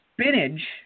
spinach